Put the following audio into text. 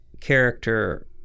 character